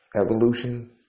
Evolution